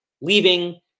leaving